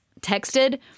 texted